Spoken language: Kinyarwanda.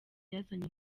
yazanye